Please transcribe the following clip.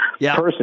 person